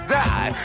die